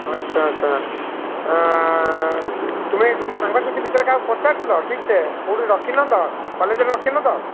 ଆଚ୍ଛା ଆଚ୍ଛା ତୁମେ ସେଠି ସାଙ୍ଗସାଥି ଭିତରେ କାହାକୁ ପଚାରିଥିଲ ଠିକ୍ସେ କେଉଁଠି ରଖି ନ ତ କଲେଜ୍ରେ ରଖିନ ତ